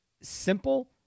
simple